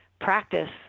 practice